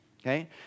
okay